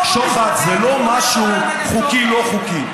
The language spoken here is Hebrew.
שוחד זה לא משהו חוקי לא חוקי,